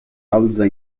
alza